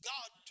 God